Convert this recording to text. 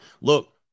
look